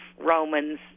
Romans